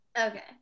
okay